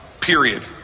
period